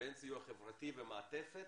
והן סיוע חברתי ומעטפת,